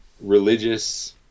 religious